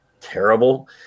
terrible